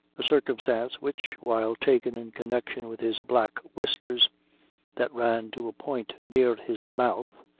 a circumstance which, while taken in connection with his black whiskers that ran to a point near his mouth,